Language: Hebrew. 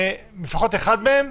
לפחות מאחד מהם,